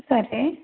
సరే